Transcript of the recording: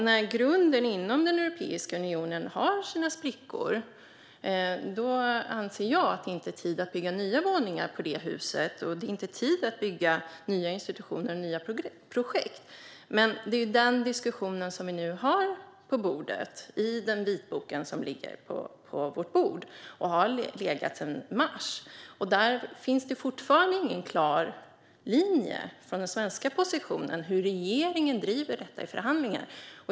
När grunden inom Europeiska unionen har sina sprickor är det inte tid att bygga nya våningar på det huset. Det är inte tid att bygga nya institutioner och nya projekt. Det är den diskussionen vi har med den vitbok som nu ligger på vårt bord och som har legat där sedan i mars. Där finns det fortfarande inte någon klar linje om den svenska positionen och hur regeringen driver det i förhandlingar.